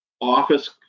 office